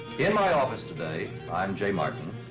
in my office today i'm jay martin,